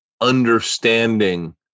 understanding